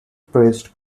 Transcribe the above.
praised